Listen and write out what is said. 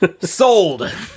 Sold